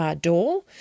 door